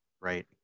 Right